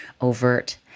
overt